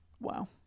Wow